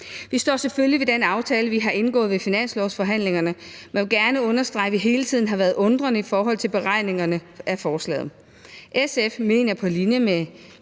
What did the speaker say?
Vi står selvfølgelig ved den aftale, vi har indgået ved finanslovsforhandlingerne, men vi vil gerne understrege, at vi hele tiden har været undrende i forhold til beregningerne af forslaget. SF mener på linje med